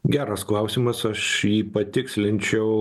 geras klausimas aš jį patikslinčiau